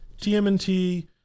TMNT